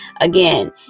Again